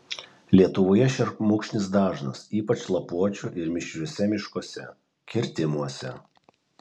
lietuvoje šermukšnis dažnas ypač lapuočių ir mišriuose miškuose kirtimuose